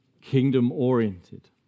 kingdom-oriented